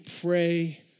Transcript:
pray